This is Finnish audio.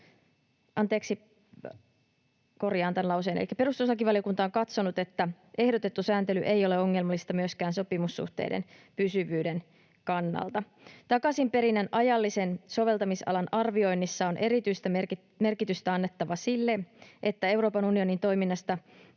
Perustuslakivaliokunta on katsonut, että ehdotettu sääntely ei ole ongelmallista myöskään sopimussuhteiden pysyvyyden kannalta. Takaisinperinnän ajallisen soveltamisalan arvioinnissa on erityistä merkitystä annettava sille, että Euroopan unionin toiminnasta